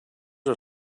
are